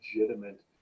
legitimate